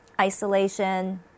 isolation